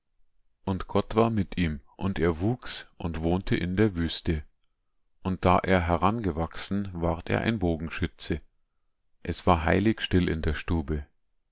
und gott war mit ihm und er wuchs und wohnte in der wüste und da er herangewachsen ward er ein bogenschütze es war heilig still in der stube